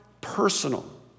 personal